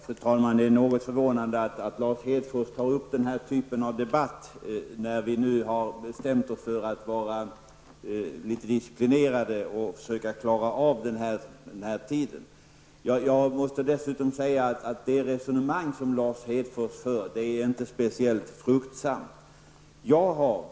Fru talman! Det är något förvånande att Lars Hedfors ägnar sig åt den här typen av debatt, när vi nu har bestämt oss för att vara disciplinerade och hålla tiden. Dessutom är inte Lars Hedfors resonemang speciellt fruktsamt.